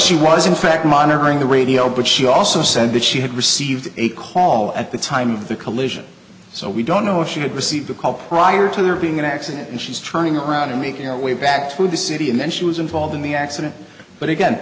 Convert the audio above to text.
she was in fact monitoring the radio but she also said that she had received a call at the time of the collision so we don't know if she had received a call prior to there being an accident and she's turning around and making her way back to the city and then she was involved in the accident but again